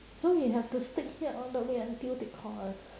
so we have to stick here all the way until they call us